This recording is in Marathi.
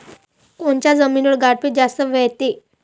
कोनच्या जमिनीवर गारपीट जास्त व्हते?